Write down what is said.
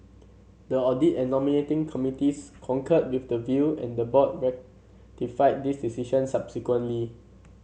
the audit and nominating committees concurred with the view and the board ratified this decision subsequently